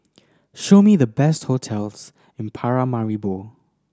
show me the best hotels in Paramaribo